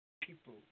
people